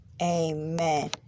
Amen